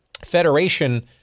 Federation